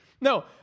No